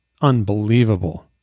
unbelievable